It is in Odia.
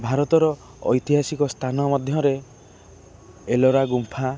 ଭାରତର ଐତିହାସିକ ସ୍ଥାନ ମଧ୍ୟରେ ଏଲୋରା ଗୁମ୍ଫା